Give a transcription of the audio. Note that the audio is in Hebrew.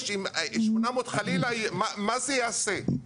ואם יהיה 800 חלילה, מה זה יעשה?